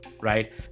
right